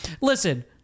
listen